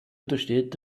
untersteht